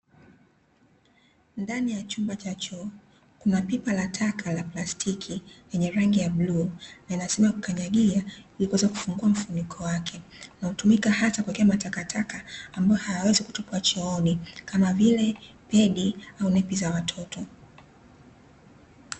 Ndani ya chumba cha choo kuna pipa la taka la plastiki lenye rangi ya bluu, lina sehemu ya kukanyagia ili kuweza kufungua mfuniko wake, na hutumika hata kuwekea matakataka ambayo hayawezi kutupwa chooni, kama vile pedi au nepi za watoto.